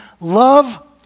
love